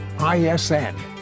ISN